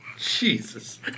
Jesus